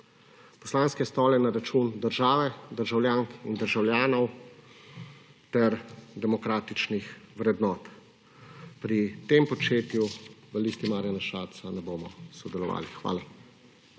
Poslanske stole na račun države, državljank in državljanov ter demokratičnih vrednot. Pri tem početju v Listi Marjana Šarca ne bomo sodelovali. Hvala.